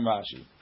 Rashi